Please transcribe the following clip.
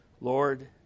lord